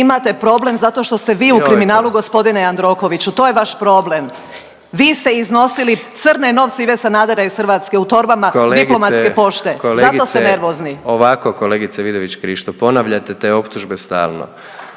imate problem zato što ste vi u kriminalu gospodine Jandrokoviću, to je vaš problem. Vi ste iznosili crne novce Ive Sanadera iz Hrvatske u torbama diplomatske pošte. Zato ste nervozni./… **Jandroković, Gordan